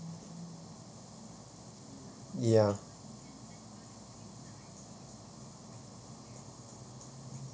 ya